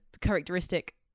characteristic